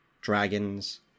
Dragons